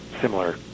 similar